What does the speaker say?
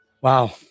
Wow